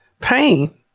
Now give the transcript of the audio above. Pain